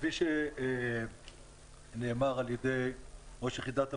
כפי שנאמר על ידי ראש יחידת הפיצוח,